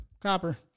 Copper